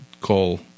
call